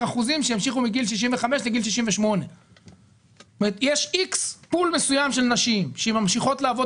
אחוזים שימשיכו מגיל 65 לגיל 68. יש פול מסוים של נשים שממשיכות לעבוד